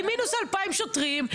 גם עם מינוס של 2,000 שוטרים.